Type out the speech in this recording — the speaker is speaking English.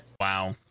wow